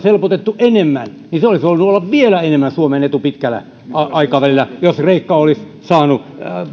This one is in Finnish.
helpotettu enemmän se olisi voinut olla vielä enemmän suomen etu pitkällä aikavälillä jos kreikka olisi saanut